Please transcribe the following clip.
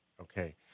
okay